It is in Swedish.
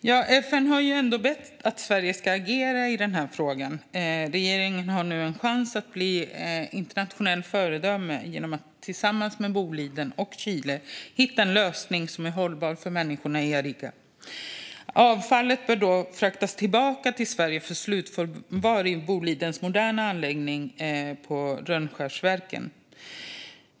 Fru talman! FN har ändå bett Sverige att agera i denna fråga. Regeringen har nu en chans att bli ett internationellt föredöme genom att tillsammans med Boliden och Chile hitta en lösning som är hållbar för människorna i Arica. Avfallet bör fraktas tillbaka till Sverige för slutförvar i Bolidens moderna anläggning på Rönnskärsverken.